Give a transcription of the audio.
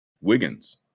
Wiggins